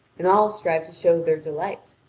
and all strive to show their delight.